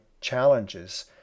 challenges